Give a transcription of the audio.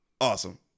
Awesome